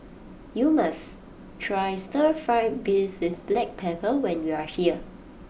you must try Stir Fry Beef with Black Pepper when you are here